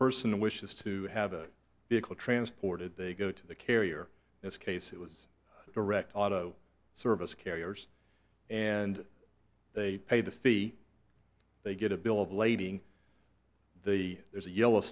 person wishes to have a vehicle transported they go to the carrier this case it was a direct auto service carriers and they pay the fee they get a bill of lading the there's a yellow